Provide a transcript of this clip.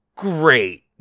Great